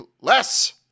less